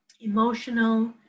emotional